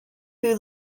who